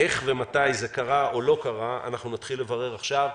איך ומתי זה קרה ולמה זה לא קרה אנחנו נתחיל לברר עכשיו.